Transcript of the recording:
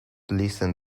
listen